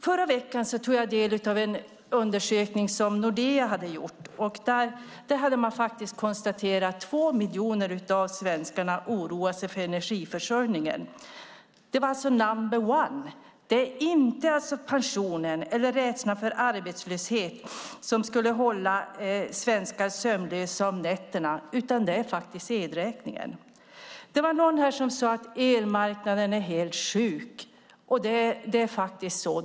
Förra veckan tog jag del av en undersökning som Nordea hade gjort. Där konstaterade man att 2 miljoner svenskar oroar sig för energiförsörjningen. Det var alltså number 1 . Det är inte pensionen eller rädslan för arbetslöshet som håller svenskar sömnlösa om nätterna, utan det är elräkningen. Det var någon här som sade att elmarknaden är helt sjuk, och det är faktiskt så.